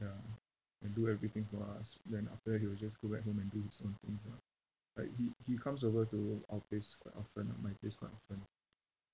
ya and do everything for us then after he will just go back home and do his own things lah like he he comes over to our place quite often ah my place quite often